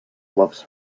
loves